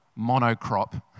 monocrop